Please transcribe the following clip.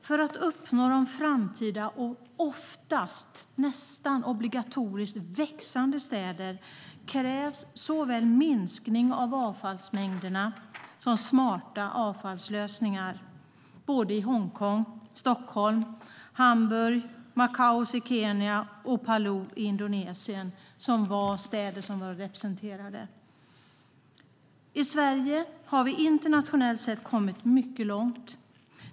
För att uppnå de framtida och oftast, nästan obligatoriskt, växande städerna krävs såväl minskning av avfallsmängderna som smarta avfallslösningar i både Hongkong, Stockholm, Hamburg, Machakos i Kenya och Palu i Indonesien som var städer som var representerade. I Sverige har vi internationellt sett kommit mycket långt.